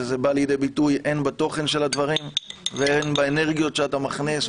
וזה בא לידי ביטוי הן בתוכן של הדברים והן באנרגיות שאתה מכניס,